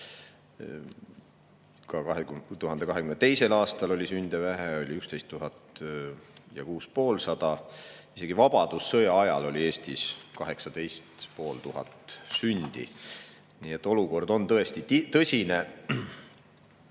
Ka 2022. aastal oli sünde vähe, 11 650. Isegi vabadussõja ajal oli Eestis 18 500 sündi. Nii et olukord on tõesti tõsine.